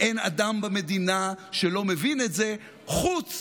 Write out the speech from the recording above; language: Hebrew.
אין אדם במדינה שלא מבין את זה, חוץ